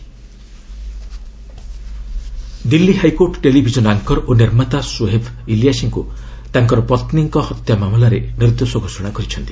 HC Iliyasi Delhi high court television anchor ଓ ନିର୍ମାତା ସୁହେବ୍ ଇଲିୟାସିଙ୍କୁ ତାଙ୍କ ପତ୍ନୀଙ୍କ ହତ୍ୟା ମାମଲାରେ ନିର୍ଦ୍ଦେଶ ଘୋଷଣା କରିଛନ୍ତି